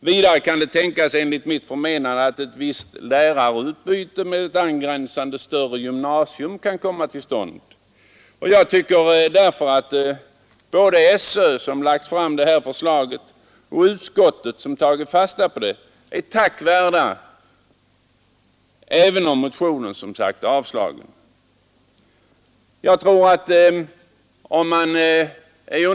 Vidare är det enligt mitt förmenande tänkbart att ett visst lärarutbyte med ett angränsande större gymnasium kan komma till stånd. Jag tycker därför att både SÖ, som lagt fram detta förslag, och utskottet som tagit fasta på det är tack värda, även om motionen är avstyrkt.